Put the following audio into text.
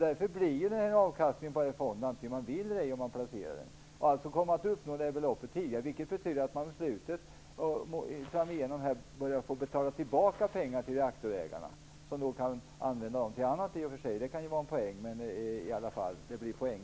Det blir en avkastning på fonden oavsett om man vill placera pengarna eller ej. Man kommer att uppnå beloppet tidigare, vilket betyder att man framigenom måste börja betala tillbaka pengar till reaktorägarna, som då kan använda dem till annat. Det kan i och för sig vara en poäng.